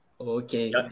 Okay